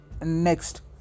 Next